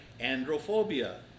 androphobia